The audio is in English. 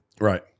right